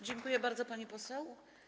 Dziękuję bardzo, pani poseł.